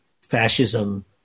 fascism